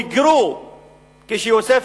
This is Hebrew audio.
כשיוסף,